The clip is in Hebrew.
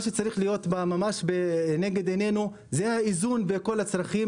מה שצריך להיות ממש נגד עינינו זה האיזון בין כל הצרכים